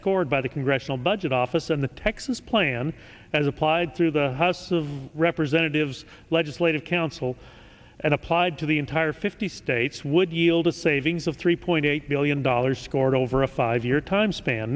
scored by the congressional budget office and the texas plan as applied to the house of representatives legislative council and applied to the entire fifty states would yield a savings of three point eight billion dollars scored over a five year time span